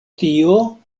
tio